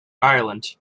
ireland